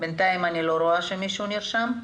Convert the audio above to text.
בינתיים אני לא רואה שמישהו נרשם.